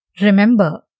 Remember